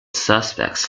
suspects